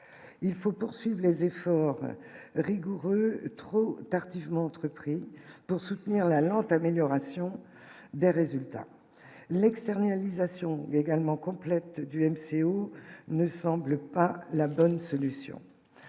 il faut poursuivent les efforts rigoureux trop tardivement entrepris pour soutenir la lente amélioration des résultats, l'externalisation également complète du MCO ne semble pas. La bonne solution,